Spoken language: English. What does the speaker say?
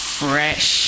fresh